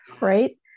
right